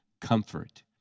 comfort